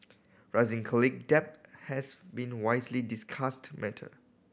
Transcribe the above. rising debt has been wisely discussed matter